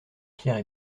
pierre